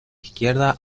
izquierda